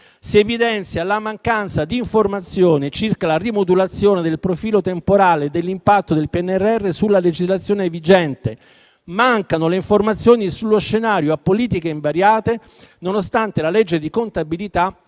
Si evidenzia la mancanza di informazioni circa la rimodulazione del profilo temporale e dell'impatto del PNRR sulla legislazione vigente. Mancano le informazioni sullo scenario a politiche invariate, nonostante la legge di contabilità